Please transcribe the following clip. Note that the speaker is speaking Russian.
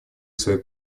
свои